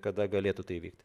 kada galėtų tai įvykt